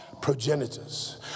progenitors